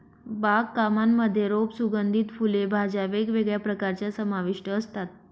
बाग कामांमध्ये रोप, सुगंधित फुले, भाज्या वेगवेगळ्या प्रकारच्या समाविष्ट असतात